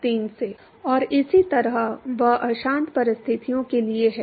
3 से और इसी तरह वह अशांत परिस्थितियों के लिए है